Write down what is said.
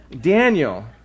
Daniel